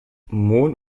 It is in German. mohn